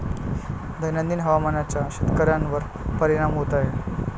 दैनंदिन हवामानाचा शेतकऱ्यांवर परिणाम होत आहे